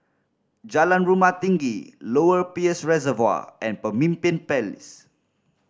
Jalan Rumah Tinggi Lower Peirce Reservoir and Pemimpin Place